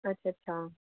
अच्छा अच्छा